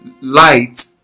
light